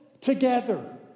together